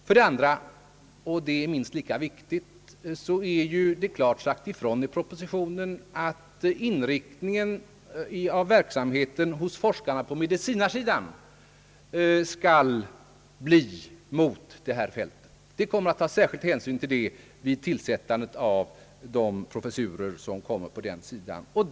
För det andra — och det är minst lika viktigt — har det klart sagts ifrån i propositionen att verksamheten hos forskarna på medicinarsidan skall inriktas mot det här fältet. Särskild hänsyn kommer att tagas härtill vid tillsättandet av professurerna på detta område.